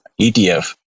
ETF